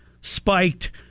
spiked